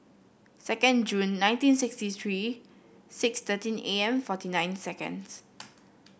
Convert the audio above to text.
second Jun nineteen sixty three six thirteen A M forty nine seconds